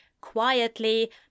quietly